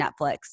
Netflix